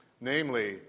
Namely